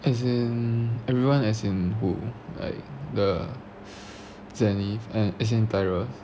as in everyone as in who like the zenith as in tyrus